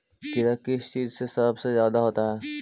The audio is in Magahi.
कीड़ा किस चीज से सबसे ज्यादा होता है?